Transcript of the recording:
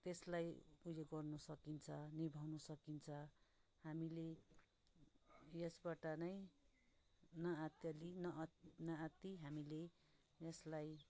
त्यसलाई उयो गर्नु सकिन्छ निभाउनु सकिन्छ हामीले यसबाट नै नअत्तालि नअत् नआत्ति हामीले यसलाई